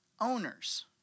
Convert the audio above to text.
owners